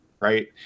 Right